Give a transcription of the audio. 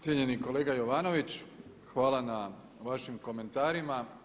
Cijenjeni kolega Jovanović hvala na vašim komentarima.